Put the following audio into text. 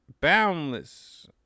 boundless